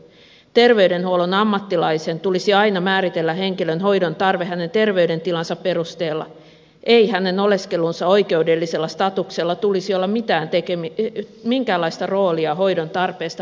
ter veydenhuollon ammattilaisen tulisi aina määritellä henkilön hoidon tarve hänen terveydentilansa perusteella eikä hänen oleskeluunsa oikeudellisella statuksella tulisi olla minkäänlaista roolia hoidon tarpeesta päätettäessä